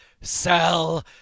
sell